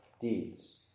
deeds